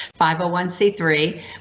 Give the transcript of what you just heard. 501c3